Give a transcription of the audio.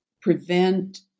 prevent